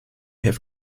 have